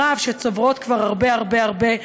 שצוברות כבר הרבה הרבה הרבה,